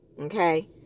okay